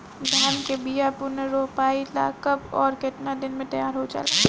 धान के बिया पुनः रोपाई ला कब और केतना दिन में तैयार होजाला?